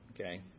okay